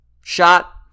Shot